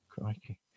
Crikey